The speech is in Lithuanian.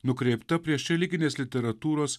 nukreipta prieš religinės literatūros